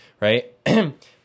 right